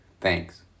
Thanks